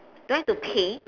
do I have to pay